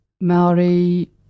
Maori